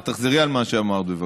תחזרי על מה שאמרת, בבקשה.